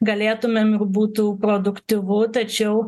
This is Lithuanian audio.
galėtumėm ir būtų produktyvu tačiau